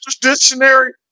Dictionary